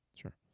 Sure